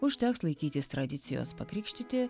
užteks laikytis tradicijos pakrikštyti